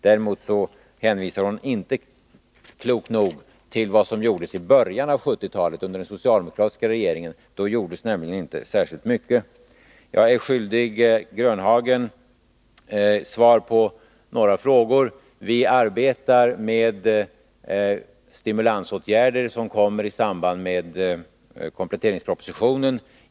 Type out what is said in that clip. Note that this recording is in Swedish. Däremot hänvisar hon, klokt nog, inte till vad som gjordes i början av 1970-talet, under den socialdemokratiska regeringen. Då gjordes nämligen inte särskilt mycket. Jag är skyldig herr Grönhagen svar på några frågor. Vi arbetar med stimulansåtgärder, som kommer i samband med kompletteringspropositionen.